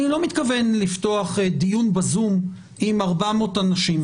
אני לא מתכוון לפתוח דיון בזום עם 400 אנשים.